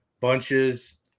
bunches